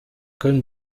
können